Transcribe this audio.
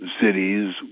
cities